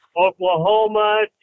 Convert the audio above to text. Oklahoma